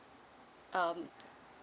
um